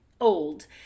old